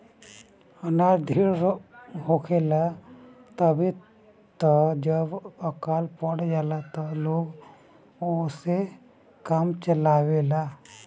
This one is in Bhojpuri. अनाज ढेर होखेला तबे त जब अकाल पड़ जाला त लोग ओसे काम चला लेवेला